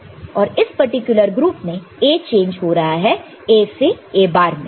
और इस particular group में A चेंज हो रहा है A से A बार में